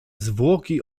zwłoki